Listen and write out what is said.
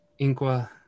Inqua